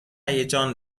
هیجان